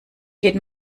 geht